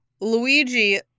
Luigi